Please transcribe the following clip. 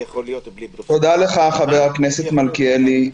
תודה לך, חבר הכנסת מלכיאלי.